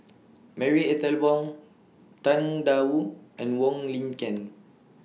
Marie Ethel Bong Tang DA Wu and Wong Lin Ken